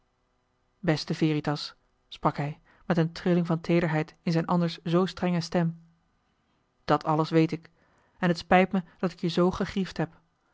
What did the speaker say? beste veritas sprak hij met een trilling van teederheid in zijn anders zoo strenge stem dat alles weet ik en het spijt me dat ik je zoo gegriefd heb